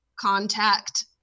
contact